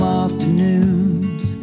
afternoons